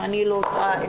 אם אני לא טועה,